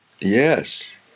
Yes